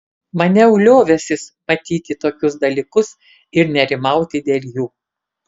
maniau liovęsis matyti tokius dalykus ir nerimauti dėl jų